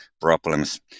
problems